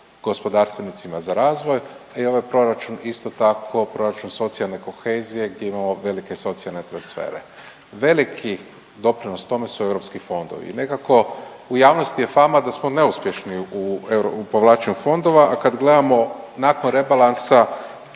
gospodarstvenicima za razvoj, da je i ovaj proračun isto proračun socijalne kohezije gdje imamo velike socijalne transfere. Veliki doprinos tome su europski fondovi i nekako u javnosti je fama da smo neuspješni u povlačenju fondova, a kad gledamo nakon rebalansa